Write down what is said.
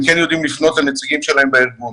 כן יודעים לפנות לנציגים שלהם בארגון.